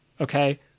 Okay